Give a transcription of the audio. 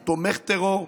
הוא תומך טרור,